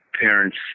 parents